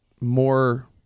more